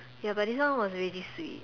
ya but this one was really sweet